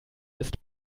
ist